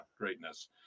greatness